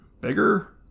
bigger